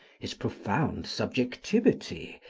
his profound subjectivity,